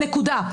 נקודה.